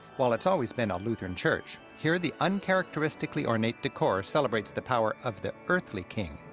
while it's always been a lutheran church, here, the uncharacteristically ornate decor celebrates the power of the earthly king.